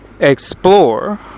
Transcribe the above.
explore